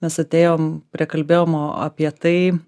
mes atėjom prie kalbėjimo apie tai